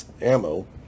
ammo